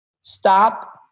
Stop